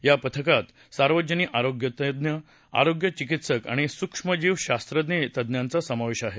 या पथकात सार्वजनिक आरोग्य तज्ञ आरोग्यचिकित्सक आणि सूक्ष्मजीव शास्त्रज्ञ तज्ञांचा समावेश असेल